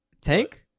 Tank